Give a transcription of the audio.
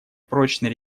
прочной